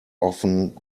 often